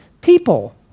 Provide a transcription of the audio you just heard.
people